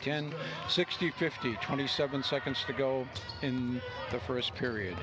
ten sixty fifty twenty seven seconds to go in the first period